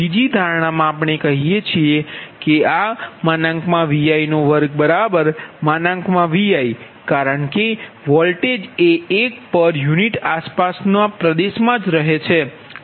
બીજી ધારણામાં આપણે કહીએ છીએ કે આ Vi2≅Viકારણ કે વોલ્ટેજ એ 1pu આસપાસનો પ્રદેશ મા જ છે